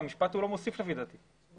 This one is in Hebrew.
המשפט הזה לפי דעתי לא מוסיף.